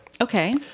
Okay